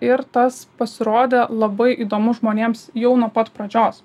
ir tas pasirodė labai įdomu žmonėms jau nuo pat pradžios